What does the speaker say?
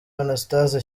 anastase